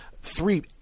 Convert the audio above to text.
three